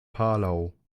palau